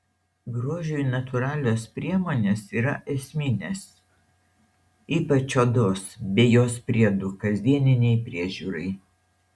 grožiui natūralios priemonės yra esminės ypač odos bei jos priedų kasdieninei priežiūrai